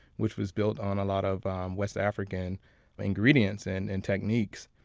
which was built on a lot of um west african ingredients and and techniques.